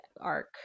arc